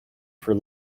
for